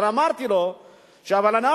אבל אמרתי לו שאנחנו,